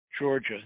Georgia